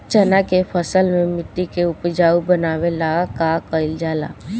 चन्ना के फसल में मिट्टी के उपजाऊ बनावे ला का कइल जाला?